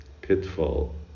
pitfall